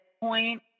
point